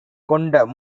கொண்ட